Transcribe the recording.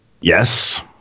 yes